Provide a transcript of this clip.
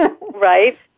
Right